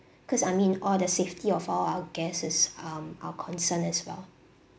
cause I mean all the safety of all our guests is um our concern as well